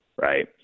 right